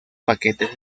paquetes